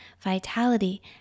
vitality